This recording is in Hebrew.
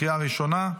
בקריאה ראשונה.